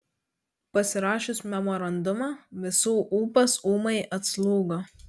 pasirašius memorandumą visų ūpas ūmai atslūgo